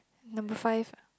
number five ah